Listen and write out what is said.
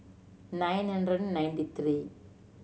nine hundred ninety three